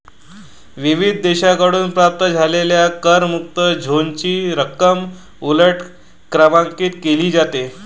विविध देशांकडून प्राप्त झालेल्या करमुक्त झोनची रक्कम उलट क्रमांकित केली जाते